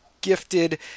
gifted